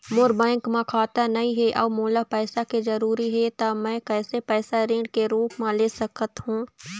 मोर bank म खाता नई हे अउ मोला पैसा के जरूरी हे त मे कैसे पैसा ऋण के रूप म ले सकत हो?